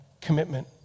commitment